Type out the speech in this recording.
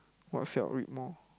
what read more